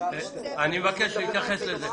מבקש להתייחס לזה.